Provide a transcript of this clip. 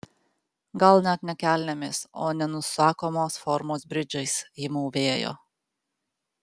gal net ne kelnėmis o nenusakomos formos bridžais ji mūvėjo